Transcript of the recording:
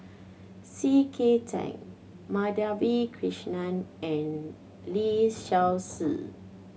C K Tang Madhavi Krishnan and Lee Seow Ser